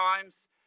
times